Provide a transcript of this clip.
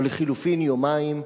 או לחלופין יומיים,